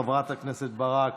חברת הכנסת ברק,